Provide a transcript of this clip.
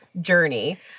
journey